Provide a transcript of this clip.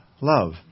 love